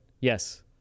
Yes